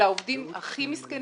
אלה העובדים הכי מסכנים,